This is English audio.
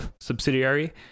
subsidiary